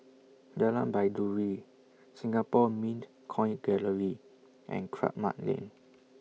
Jalan Baiduri Singapore Mint Coin Gallery and Kramat Lane